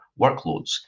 workloads